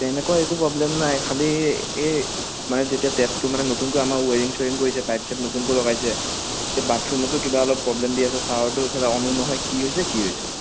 তেনেকুৱা একো প্ৰব্লেম নাই খালী এই মানে যেতিয়া টেপটো মানে নতুনকৈ আমাৰ ৱায়াৰিং চুয়াৰিং কৰিছে পাইপ চাইপ নতুনকৈ লগাইছে এই বাথৰূমতো কিবা অলপ প্ৰব্লেম দি আছে শ্বাৱাৰটো ইফালে অনো নহয় কি হৈছে কি হৈছে